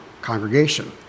Congregation